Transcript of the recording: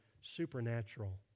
supernatural